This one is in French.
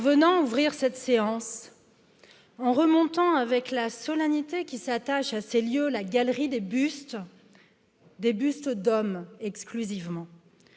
en venant ouvrir cette séance en remontant avec la solennité qui s'attache à ces lieux à la galerie des bustes d'homme exclusivement